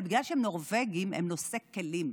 אבל בגלל שהם נורבגים, הם נושאי כלים,